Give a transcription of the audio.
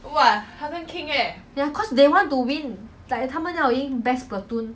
!wah! my brother tell me I was like oh my god but then end up they win ah cause their